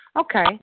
Okay